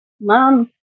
mom